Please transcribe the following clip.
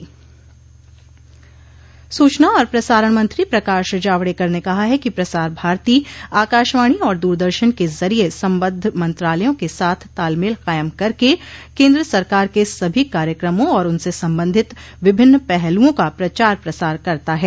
सूचना और प्रसारण मंत्री प्रकाश जावड़ेकर ने कहा है कि प्रसार भारती आकाशवाणी और दूरदर्शन के जरिये सम्बद्ध मंत्रालयों क साथ तालमेल कायम करके केन्द्र सरकार के सभी कार्यक्रमों और उनसे संबंधित विभिन्न पहलुओं का प्रचार प्रसार करता है